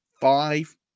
five